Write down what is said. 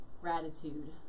gratitude